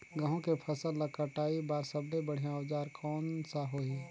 गहूं के फसल ला कटाई बार सबले बढ़िया औजार कोन सा होही?